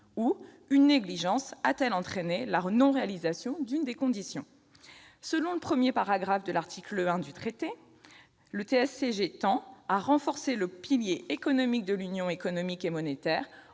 ? Une négligence a-t-elle entraîné la non-réalisation de l'une des conditions ? Selon le premier paragraphe de l'article 1, le TSCG tend à « renforcer le pilier économique de l'Union économique et monétaire